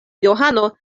johano